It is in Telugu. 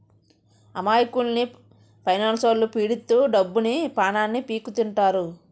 అమాయకుల్ని ఫైనాన్స్లొల్లు పీడిత్తు డబ్బుని, పానాన్ని పీక్కుతింటారు